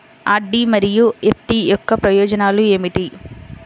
RD మరియు FD యొక్క ప్రయోజనాలు ఏమిటి?